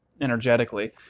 energetically